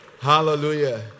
Hallelujah